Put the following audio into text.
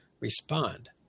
respond